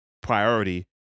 priority